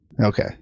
Okay